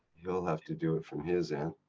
he'll have to do it from his end.